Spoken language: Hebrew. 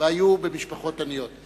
ובאו ממשפחות עניות.